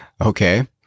Okay